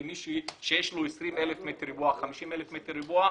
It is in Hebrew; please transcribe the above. למי שיש לו 20,000 מטרים מרובעים או 50,000 מטרים מרובעים,